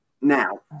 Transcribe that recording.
now